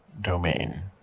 domain